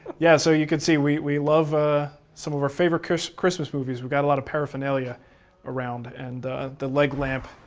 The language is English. yeah, so you could see we love ah some of our favorite christmas movies. we got a lot of paraphernalia around, and the leg lamp.